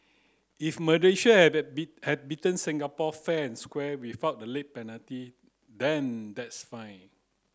if Malaysia had be had beaten Singapore fair and square without the late penalty then that's fine